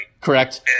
correct